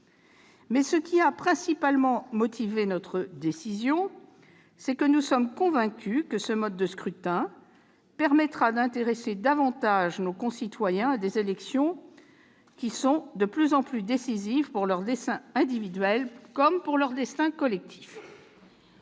c'est ce qui a principalement emporté notre décision -, nous sommes convaincus que ce mode de scrutin permettra d'intéresser davantage nos concitoyens à des élections qui sont de plus en plus décisives pour leur destin individuel comme pour leur destin collectif.